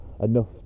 enough